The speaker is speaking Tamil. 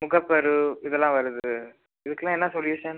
முகப்பரு இதெல்லாம் வருது இதுக்கெலாம் என்ன சொல்யூஷன்